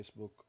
Facebook